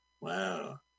Wow